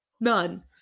none